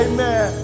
Amen